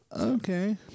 Okay